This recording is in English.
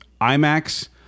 IMAX